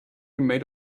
made